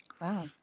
Wow